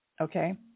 Okay